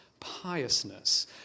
Piousness